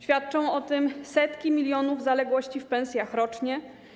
Świadczą o tym setki milionów zaległości w pensjach rocznie.